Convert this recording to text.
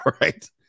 Right